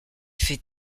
fait